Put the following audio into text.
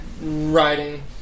riding